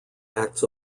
acts